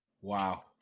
Wow